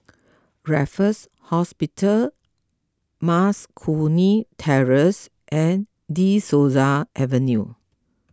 Raffles Hospital Mas Kuning Terrace and De Souza Avenue